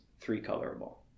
three-colorable